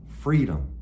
Freedom